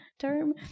term